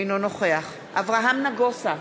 אינו נוכח אברהם נגוסה,